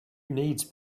needs